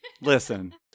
Listen